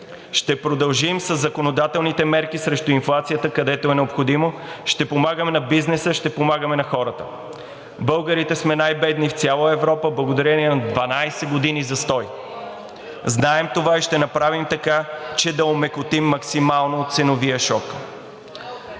Ще продължим със законодателните мерки срещу инфлацията, където е необходимо, ще помагаме на бизнеса, ще помагаме на хората. Българите сме най-бедни в цяла Европа благодарение на 12 години застой. Знаем това и ще направим така, че да омекотим максимално ценовия шок.